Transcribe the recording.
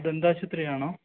ദന്താശുപത്രിയാണോ